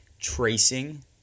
tracing